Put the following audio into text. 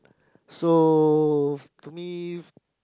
so to me